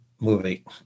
Movie